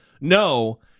no